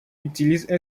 utilise